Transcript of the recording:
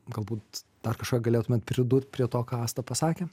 galbūt dar kažką galėtumėt pridurt prie to ką asta pasakė